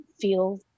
feel